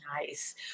Nice